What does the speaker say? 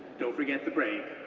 don't forget the brake,